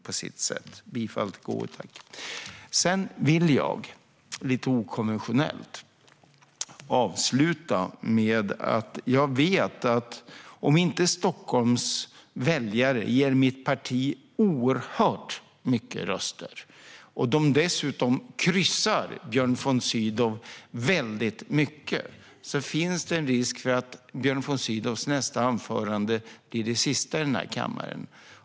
Jag yrkar bifall till konstitutionsutskottets förslag. Jag vill, lite okonventionellt, avsluta med att säga att jag vet att om inte Stockholms väljare ger mitt parti oerhört många röster och dessutom kryssar Björn von Sydow väldigt mycket finns det en risk för att Björn von Sydows nästa anförande blir hans sista här i kammaren.